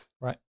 Right